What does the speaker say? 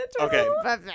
Okay